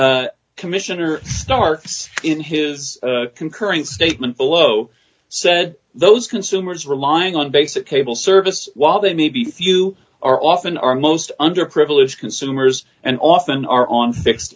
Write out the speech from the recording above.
commissioner snarks in his concurring statement below said those consumers relying on basic cable service while they may be a few are often our most underprivileged consumers and often are on fixed